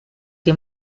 que